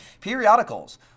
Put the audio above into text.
periodicals